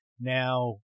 Now